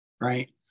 Right